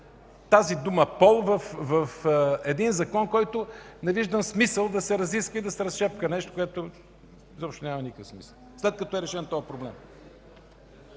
думата „пол” в закон, който не виждам смисъл да се разисква и да се разчопля нещо, което изобщо няма никакъв смисъл, след като е решен този проблем.